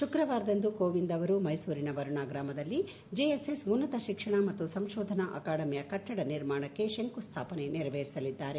ಶುಕ್ರವಾರದಂದು ಕೋವಿಂದ್ ಅವರು ಮೈಸೂರಿನ ವರುಣಾ ಗ್ರಾಮದಲ್ಲಿ ಜೆಎಸ್ಎಸ್ ಉನ್ತತ ಶಿಕ್ಷಣ ಮತ್ತು ಸಂಶೋಧನೆ ಅಕಾಡೆಮಿಯ ಕಟ್ಷದ ನಿರ್ಮಾಣಕ್ಕೆ ಶಂಕುಸ್ಡಾಪನೆ ನೆರವೇರಿಸಲಿದ್ದಾರೆ